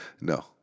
No